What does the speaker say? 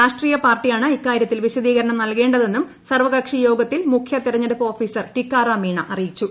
രാഷ്ട്രീയ പാർട്ടിയാണ് ഇക്കാര്യത്തിൽ വിശദീകരണം നൽകേണ്ടതെന്നും സർവ്വകക്ഷി യോഗത്തിൽ മുഖ്യ തെരഞ്ഞെടുപ്പ് ഓഫീസർ ടിക്കാറാം മീണ അറിയിച്ചു